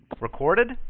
Recorded